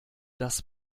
das